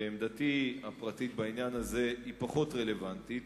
ועמדתי הפרטית בעניין הזה היא פחות רלוונטית,